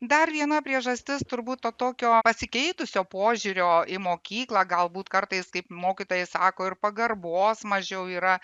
dar viena priežastis turbūt to tokio pasikeitusio požiūrio į mokyklą galbūt kartais kaip mokytojai sako ir pagarbos mažiau yra